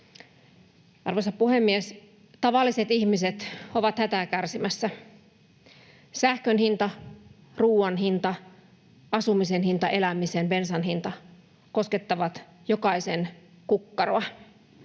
Arvoisa puhemies! Tavalliset ihmiset ovat hätää kärsimässä. Sähkön hinta, ruuan hinta, asumisen hinta, elämisen, bensan hinta koskettavat jokaisen kukkaroa.